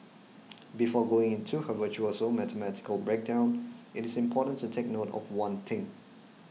before going into her virtuoso mathematical breakdown it is important to take note of one thing